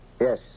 Yes